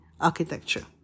architecture